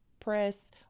press